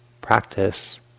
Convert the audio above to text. practice